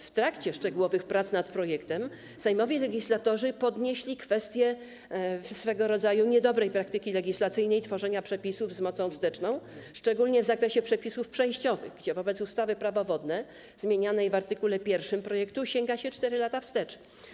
W trakcie szczegółowych prac nad projektem sejmowi legislatorzy podnieśli kwestie swego rodzaju niedobrej praktyki legislacyjnej, jeśli chodzi o tworzenie przepisów z mocą wsteczną, szczególnie w zakresie przepisów przejściowych, gdzie w przypadku ustawy - Prawo wodne zmienianej w art. 1 projektu sięga się 4 lata wstecz.